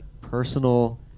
personal